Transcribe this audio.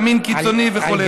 ימין קיצוני וכו'.